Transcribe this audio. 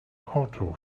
auto